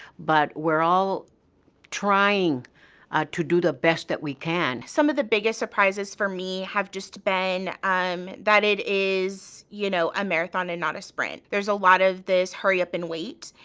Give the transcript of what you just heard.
but we're all trying to do the best that we can. some of the biggest surprises for me have just been um that it is, you know, a marathon and not a sprint. there is a lot of this hurry up and wait,